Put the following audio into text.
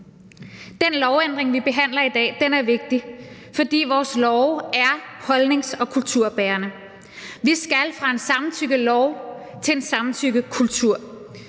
Den lovændring, vi behandler i dag, er vigtig, for vores love er holdnings- og kulturbærende. Vi skal fra en samtykkelov til en samtykkekultur.